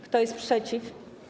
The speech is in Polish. Kto jest przeciw?